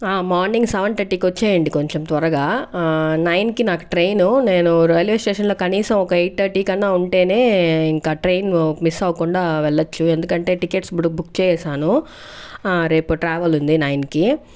ఆ morning seven thirty కి వచ్చేయండి కొంచెం త్వరగా ఆ నైన్ కి నాకు ట్రైను నేను రైల్వే స్టేషన్ లో కనీసం ఒక ఎయిట్ థర్టీ కన్నా ఉంటేనే ఇంకా ట్రైన్ మిస్ అవ్వకుండా వెళ్లొచ్చు ఎందుకంటే టికెట్స్ ఇప్పుడు బుక్ చేసాను ఆ రేపు ట్రావెల్ ఉంది నైన్ కి